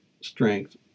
strength